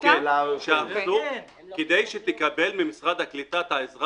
כדי לקבל ממשרד העלייה והקליטה עזרה